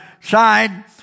side